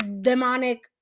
demonic